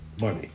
money